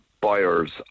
buyers